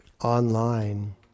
online